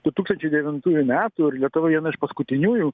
du tūkstančiai devintųjų metų ir lietuva viena iš paskutiniųjų